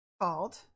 called